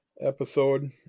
episode